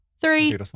Three